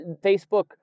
Facebook